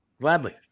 Gladly